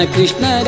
Krishna